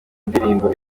ndirimbo